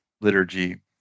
liturgy